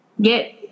get